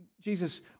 Jesus